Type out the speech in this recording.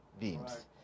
beams